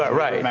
but right.